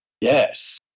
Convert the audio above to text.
Yes